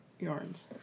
yarns